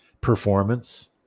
performance